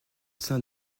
sein